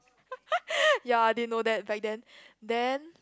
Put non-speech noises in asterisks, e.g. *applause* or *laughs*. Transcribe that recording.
*laughs* ya I didn't know that back then then